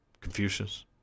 Confucius